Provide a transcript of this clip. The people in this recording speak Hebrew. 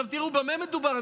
עכשיו תראו במה מדובר.